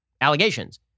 allegations